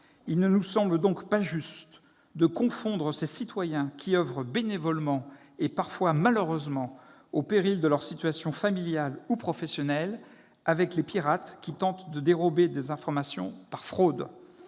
Il ne nous semble donc pas juste de confondre ces citoyens qui oeuvrent bénévolement et, parfois, malheureusement, au péril de leur situation familiale ou professionnelle et les pirates qui tentent de dérober des informations par fraude.